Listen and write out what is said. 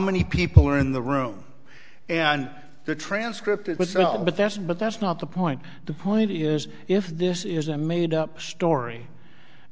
many people are in the room and the transcript it was but that's but that's not the point the point is if this is a made up story